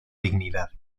dignidad